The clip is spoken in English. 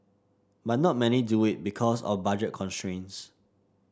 but not many do it because of budget constraints